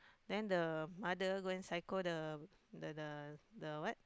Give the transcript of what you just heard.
then the mother go and psycho the the the the what